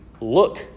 Look